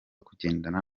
kugendana